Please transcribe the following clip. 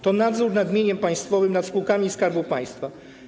To nadzór nad mieniem państwowym, nad spółkami Skarbu Państwa.